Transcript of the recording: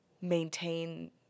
maintain